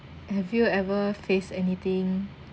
have you ever faced anything